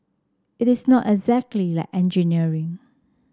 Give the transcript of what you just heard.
it is not exactly like engineering